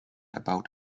about